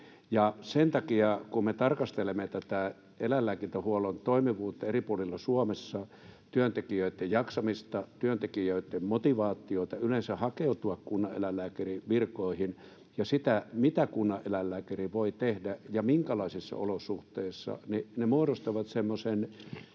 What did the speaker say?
Sen takia, kun me tarkastelemme eläinlääkintähuollon toimivuutta eri puolilla Suomessa — työntekijöitten jaksamista, työntekijöitten motivaatiota yleensä hakeutua kunnaneläinlääkärin virkoihin ja sitä, mitä kunnaneläinlääkäri voi tehdä ja minkälaisissa olosuhteissa — ne muodostavat semmoisen